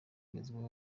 agezweho